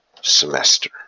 semester